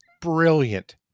brilliant